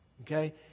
okay